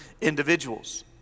individuals